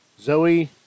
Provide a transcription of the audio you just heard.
Zoe